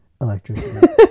electricity